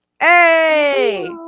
Hey